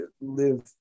live